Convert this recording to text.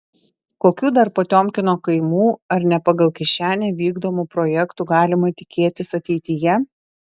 kokių dar potiomkino kaimų ar ne pagal kišenę vykdomų projektų galima tikėtis ateityje